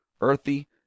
earthy